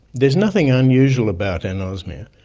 there is nothing unusual about anosmia.